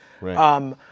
Right